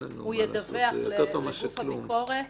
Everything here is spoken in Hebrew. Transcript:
הוא ידווח לגוף הביקורת.